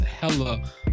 hella